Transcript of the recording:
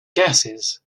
gases